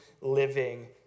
living